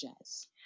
jazz